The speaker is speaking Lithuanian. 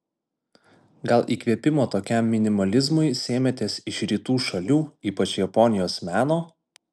gal įkvėpimo tokiam minimalizmui sėmėtės iš rytų šalių ypač japonijos meno